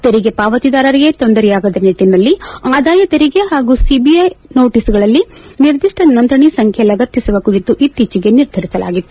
ತೆರಿಗೆ ಪಾವತಿದಾರರಿಗೆ ತೊಂದರೆಯಾಗದ ನಿಟ್ಟನಲ್ಲಿ ಆದಾಯ ತೆರಿಗೆ ಹಾಗೂ ಸಿಬಿಐ ನೋಟೀಸ್ಗಳಲ್ಲಿ ನಿರ್ದಿಷ್ಟ ನೋಂದಣಿ ಸಂಖ್ಯೆ ಲಗತ್ತಿಸುವ ಕುರಿತು ಇತ್ತೀಚೆಗೆ ನಿರ್ಧರಿಸಲಾಗಿತ್ತು